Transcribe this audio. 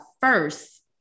first